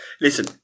Listen